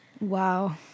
Wow